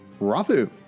Rafu